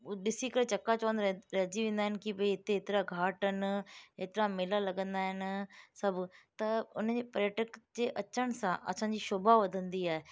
उहो ॾिसी करे चकाचौंध रह रहिजी वेंदा आहिनि की भई हिते एतिरा घाट आहिनि एतिरा मेला लॻंदा आहिनि सभ त उनजे पर्यटक जे अचण सां असांजी शोभा वधंदी आहे